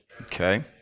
okay